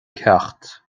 ceacht